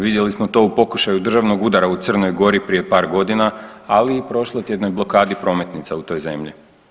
Vidjeli smo to u pokušaju državnog udara u Crnoj Gori prije par godina, ali i prošlotjednoj blokadi prometnica u toj zemlji.